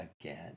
again